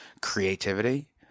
creativity